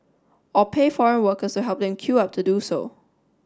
or pay foreign workers to help them queue up to do so